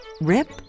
Rip